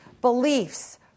beliefs